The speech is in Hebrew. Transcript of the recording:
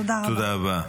תודה רבה.